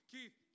Keith